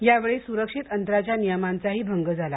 यावेळी सुरक्षित अंतराच्या नियामाचाही भंग झाला